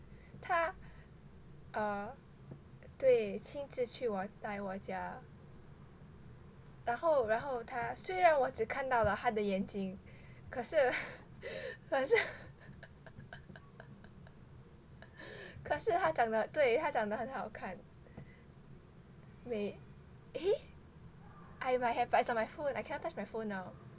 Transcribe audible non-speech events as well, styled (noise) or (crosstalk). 他 uh 对亲自去我来我家然后然后他虽然我只看到了他的眼睛可是 (breath) 可是 (laughs) 可是他长得对他长得很好看 wait eh I might have but it's on my phone I cannot touch my phone now